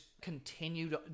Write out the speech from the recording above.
continued